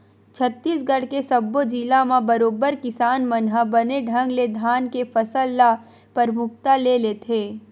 छत्तीसगढ़ के सब्बो जिला म बरोबर किसान मन ह बने ढंग ले धान के फसल ल परमुखता ले लेथे